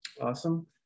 Awesome